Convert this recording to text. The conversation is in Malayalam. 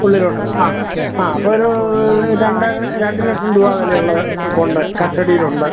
ഉള്ളിലോട്ട് ആ ആ അപ്പോൾ ഒരു രണ്ടര രണ്ട് ലക്ഷം രൂപ വില ഉള്ളത് ഉണ്ട് കസ്റ്റഡിയിലുണ്ട്